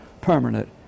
permanent